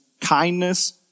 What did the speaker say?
kindness